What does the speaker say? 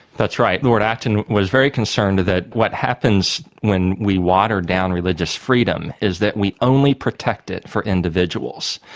that's right. lord acton was very concerned that what happens when we water down religious freedom is that we only protect it for individuals.